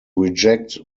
reject